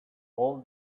all